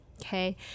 okay